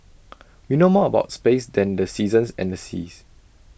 we know more about space than the seasons and the seas